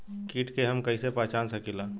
कीट के हम कईसे पहचान सकीला